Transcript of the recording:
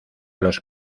los